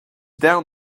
down